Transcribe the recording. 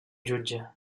jutge